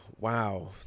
Wow